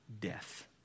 death